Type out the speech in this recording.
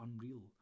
unreal